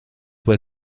were